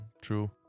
true